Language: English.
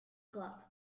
club